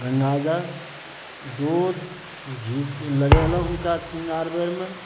गङ्गा जल दूध घीके लगेलहुॅं हुनका सिङ्गार बेरमे